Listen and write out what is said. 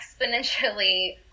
exponentially